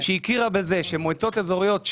שהכירה בזה שמועצות אזוריות,